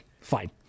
Fine